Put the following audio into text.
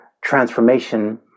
transformation